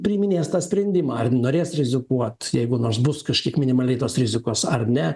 priiminės tą sprendimą ar norės rizikuot jeigu nors bus kažkiek minimaliai tos rizikos ar ne